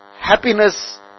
happiness